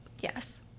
Yes